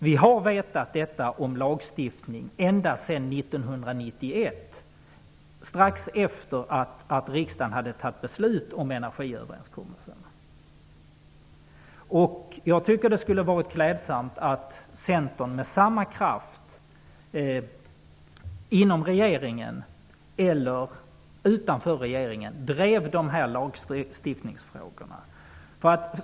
Vi har känt till detta om lagstiftning ända sedan 1991, strax efter det att riksdagen hade fattat beslut om energiöverenskommelsen. Jag tycker att det skulle vara klädsamt om Centern med samma kraft inom eller utanför regeringen skulle driva dessa lagstiftningsfrågor.